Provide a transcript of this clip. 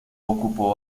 ocupó